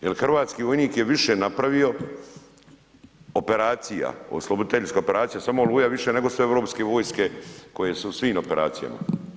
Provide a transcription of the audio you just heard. Jer hrvatski vojnik je više napravio operacija, osloboditeljskih operacija samo „Oluja“ više nego sve europske vojske koje su u svim operacijama.